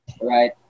Right